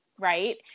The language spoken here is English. Right